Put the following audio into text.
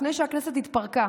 לפני שהכנסת התפרקה.